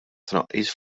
tnaqqis